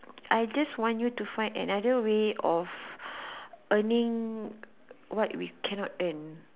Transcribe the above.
I just want you to find another way of earning what we can not earn